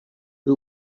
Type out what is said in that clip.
who